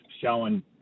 showing